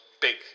big